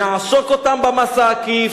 נעשוק אותן במס העקיף,